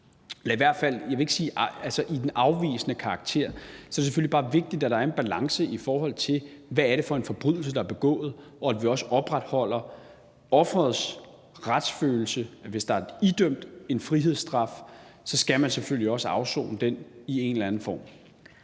er, hvad kan man sige, af en afvisende karakter, er det, fordi det selvfølgelig bare er vigtigt, at der er en balance, i forhold til hvad det er for en forbrydelse, der er begået, og at vi også opretholder offerets retsfølelse. Hvis der er idømt en frihedsstraf, skal man selvfølgelig også afsone den i en eller anden form.